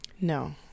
No